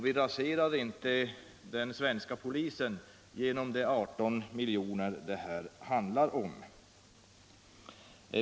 Vi raserar inte den svenska polisen genom förslaget att överföra 18 milj.kr. till frivården.